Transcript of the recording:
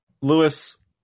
Lewis